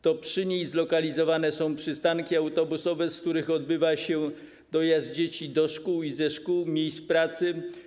To przy niej zlokalizowane są przystanki autobusowe, z których odbywa się dojazd dzieci do szkół i ze szkół, miejsc pracy.